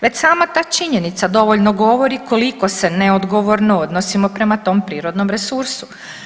Već sama ta činjenica dovoljno govori koliko se neodgovorno odnosimo prema tom prirodnom resursu.